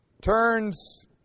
turns